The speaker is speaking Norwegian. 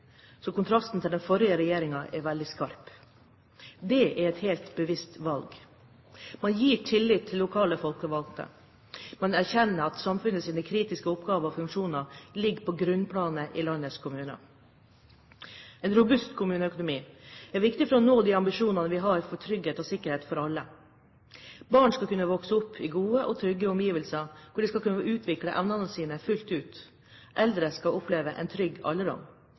så kontrasten til den forrige regjeringen er veldig skarp. Det er et helt bevisst valg. Man gir tillit til lokale folkevalgte, man erkjenner at samfunnets kritiske oppgaver og funksjoner ligger på grunnplanet i landets kommuner. En robust kommuneøkonomi er viktig for å kunne nå de ambisjonene vi har om trygghet og sikkerhet for alle. Barn skal kunne vokse opp i gode og trygge omgivelser, hvor de skal få utvikle evnene sine fullt ut. Eldre skal oppleve en trygg